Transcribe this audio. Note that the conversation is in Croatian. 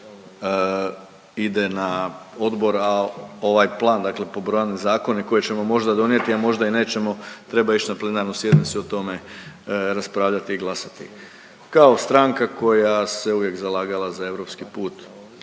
ide na odbor, a ovaj plan dakle pobrojane zakone koje ćemo možda donijeti, a možda i nećemo treba ić na plenarnu sjednicu i o tome raspravljati i glasati. Kao stranka koja se uvijek zalagala za europski put